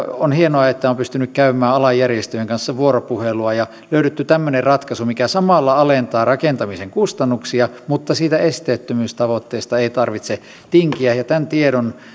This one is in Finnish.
on hienoa että tästä olen pystynyt käymään alan järjestöjen kanssa vuoropuhelua ja on löydetty tämmöinen ratkaisu mikä samalla alentaa rakentamisen kustannuksia mutta missä siitä esteettömyystavoitteesta ei tarvitse tinkiä ja tämän tiedon